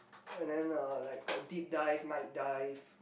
and then the like got deep dive night dive